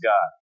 God